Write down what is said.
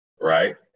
right